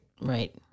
Right